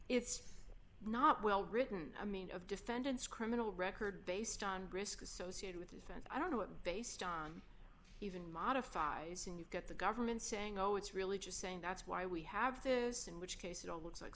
it's not well written i mean of defendants criminal record based on risk associated with and i don't know what based on even modifies and you've got the government saying oh it's really just saying that's why we have those in which case it all looks like